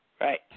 Right